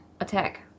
attack